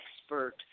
expert